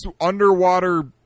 underwater